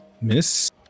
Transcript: Miss